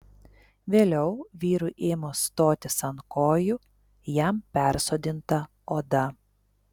vėliau vyrui ėmus stotis ant kojų jam persodinta oda